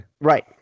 Right